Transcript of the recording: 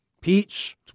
peach